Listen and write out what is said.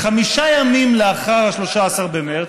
חמישה ימים לאחר 13 במרס,